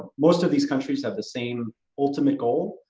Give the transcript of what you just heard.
most of these countries have the same ultimate goal,